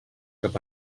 cap